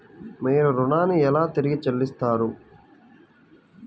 మీరు ఋణాన్ని ఎలా తిరిగి చెల్లిస్తారు?